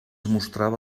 mostrava